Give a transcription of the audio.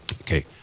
okay